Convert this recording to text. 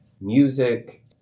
music